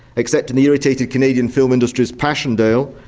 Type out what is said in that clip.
except in the irritated canadian film industry's passchendaele,